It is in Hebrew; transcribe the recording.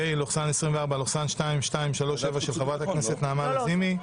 פ/2237/24, הצעת ח"כ נעמה לזימי.